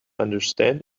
understand